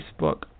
Facebook